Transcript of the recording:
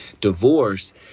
divorce